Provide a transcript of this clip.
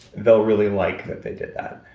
they'll really like that they did that,